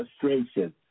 frustration